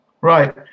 Right